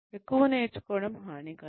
ఎక్కువ నేర్చుకోవడం హానికరం